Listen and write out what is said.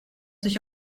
sich